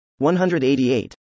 188